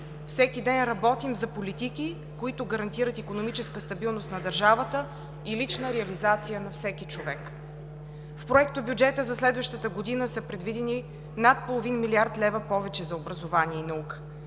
Всеки ден работим за политики, които гарантират икономическа стабилност на държавата и лична реализация на всеки човек. В пректобюджета за следващата година са предвидени над половин милиард лева в повече за образование и наука.